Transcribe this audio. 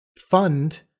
fund